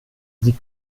sie